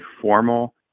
formal